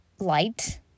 light